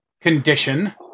condition